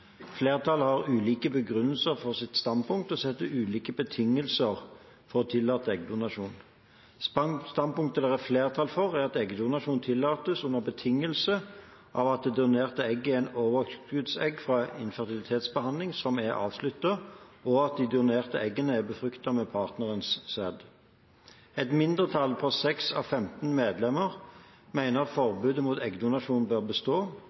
Flertallet har ulike begrunnelser for sitt standpunkt og setter ulike betingelser for å tillate eggdonasjon. Standpunktet det er flertall for, er at eggdonasjon tillates under betingelse av at de donerte eggene er overskuddsegg fra infertilitetsbehandling som er avsluttet, og at de donerte eggene er befruktet med partnerens sæd. Et mindretall på 6 av 15 medlemmer mener at forbudet mot eggdonasjon bør bestå.